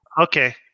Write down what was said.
Okay